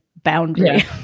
Boundary